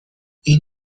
این